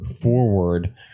Forward